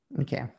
okay